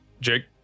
Jake